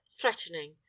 threatening